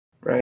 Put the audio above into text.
Right